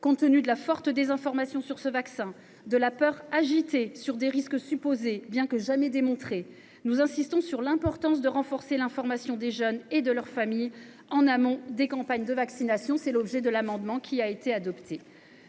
Compte tenu de la forte désinformation concernant ce vaccin, de la peur agitée sur des risques supposés, mais jamais démontrés, nous insistons sur l’importance de renforcer l’information des jeunes et de leur famille en amont des campagnes de vaccination. C’est l’objet d’un amendement qui a été adopté.